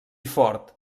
fort